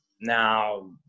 Now